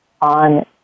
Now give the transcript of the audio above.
on